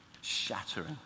shattering